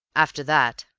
after that,